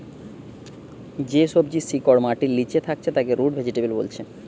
যে সবজির শিকড় মাটির লিচে থাকছে তাকে রুট ভেজিটেবল বোলছে